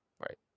right